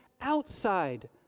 outside